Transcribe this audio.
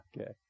Okay